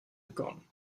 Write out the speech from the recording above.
begonnen